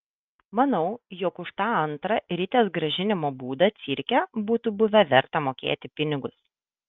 manau jog už tą antrą ritės grąžinimo būdą cirke būtų buvę verta mokėti pinigus